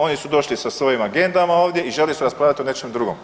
Oni su došli sa svojim agendama ovdje i žele se raspravljati o nečem drugom.